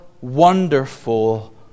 wonderful